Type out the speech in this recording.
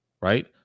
Right